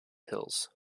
hills